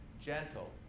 gentle